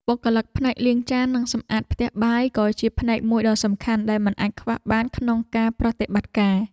បុគ្គលិកផ្នែកលាងចាននិងសម្អាតផ្ទះបាយក៏ជាផ្នែកមួយដ៏សំខាន់ដែលមិនអាចខ្វះបានក្នុងការប្រតិបត្តិការ។